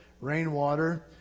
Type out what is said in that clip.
Rainwater